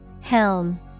Helm